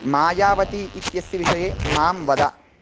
मायावती इत्यस्य विषये मां वद